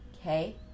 okay